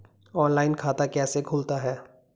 Online खाता कैसे खुलता है?